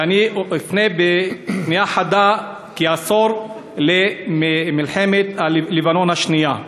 ואני אפנה פנייה חדה, עשור למלחמת לבנון השנייה.